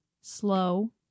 slow